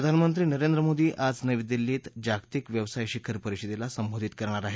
प्रधानमंत्री नरेंद्र मोदी आज नवी दिल्लीत जागतिक व्यवसाय शिखर परिषदेला संबोधित करणार आहेत